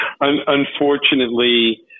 Unfortunately